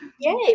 Yay